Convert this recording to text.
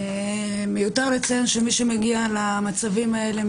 מיותר לציין שמי שמגיע למצבים האלה,